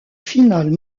finale